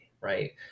right